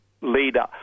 leader